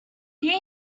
here